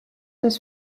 das